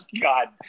God